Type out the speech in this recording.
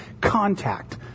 contact